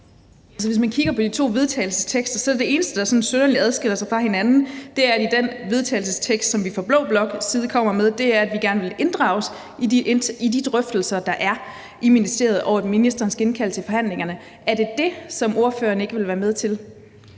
Hvis man kigger på de to vedtagelsestekster, er det eneste, der sådan adskiller dem fra hinanden, at vi i den vedtagelsestekst, som vi fra blå bloks side kommer med, siger, at vi gerne vil inddrages i de drøftelser, der er i ministeriet, og at ministeren skal indkalde til forhandlingerne. Er det det, som ordføreren ikke vil være med til?